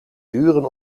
duren